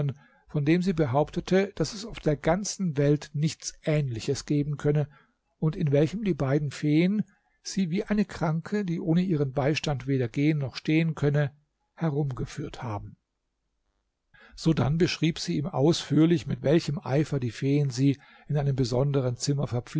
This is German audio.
von dem sie behauptete daß es auf der ganzen welt nichts ähnliches geben könne und in welchem die beiden feen sie wie eine kranke die ohne ihren beistand weder gehen noch stehen könne herumgeführt haben sodann beschrieb sie ihm ausführlich mit welchem eifer die feen sie in einem besonderen zimmer